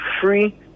free